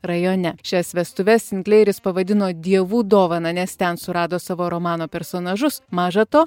rajone šias vestuves sinkleiris pavadino dievų dovana nes ten surado savo romano personažus maža to